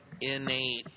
innate